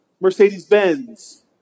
Mercedes-Benz